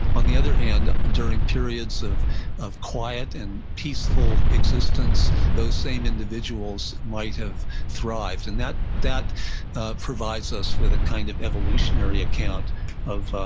on the other hand, during periods of of quiet and peaceful existence, those same individuals might have thrived, and that that provides us with a kind of evolutionary account of